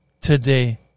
today